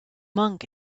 monk